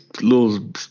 little